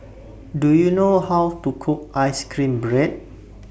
Do YOU know How to Cook Ice Cream Bread